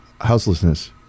houselessness